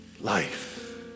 life